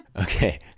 okay